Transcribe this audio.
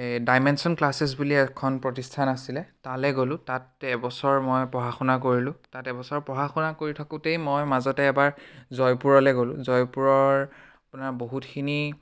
এই dimension classes বুলি এখন প্ৰতিস্থান আছিলে তালৈ গ'লোঁ তাত এবছৰ মই পঢ়া শুনা কৰিলোঁ তাত এবছৰ পঢ়া শুনা কৰি থাকোঁতেই মই মাজতে এবাৰ জয়পুৰলৈ গ'লোঁ জয়পুৰৰ আপোনাৰ বহুতখিনি